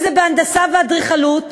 אם זה בהנדסה ואדריכלות,